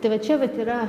tai va čia vat yra